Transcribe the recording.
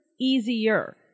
easier